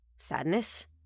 Sadness